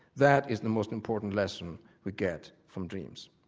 that is the most important lesson we get from dreams.